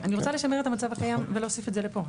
אני רוצה לשמר את המצב הקיים ולהוסיף את זה לפה,